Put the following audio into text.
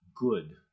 good